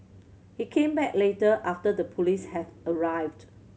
he came back later after the police had arrived